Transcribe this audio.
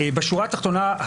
בשורה התחתונה,